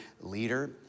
leader